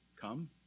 come